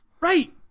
Right